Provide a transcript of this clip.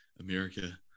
America